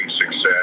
success